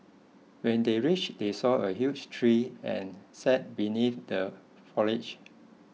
when they reach they saw a huge tree and sat beneath the foliage